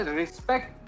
respect